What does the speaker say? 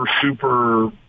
super